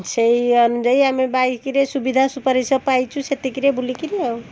ସେଇ ଅନୁଯାୟୀ ଆମେ ବାଇକରେ ସୁବିଧା ସୁପାରିଶ ପାଇଛୁ ସେତିକିରେ ବୁଲିକିରି ଆଉ